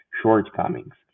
shortcomings